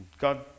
God